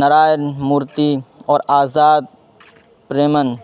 نرائن مورتی اور آزاد پریمن